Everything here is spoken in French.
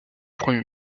premier